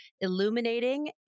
illuminating